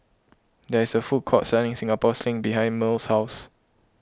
there is a food court selling Singapore Sling behind Merle's house